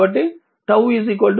2 సెకన్లు